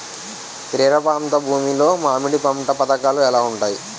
తీర ప్రాంత భూమి లో మామిడి పంట పథకాల ఎలా ఉంటుంది?